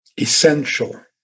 Essential